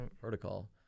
protocol